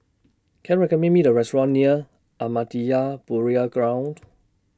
Can recommend Me A Restaurant near Ahmadiyya Burial Ground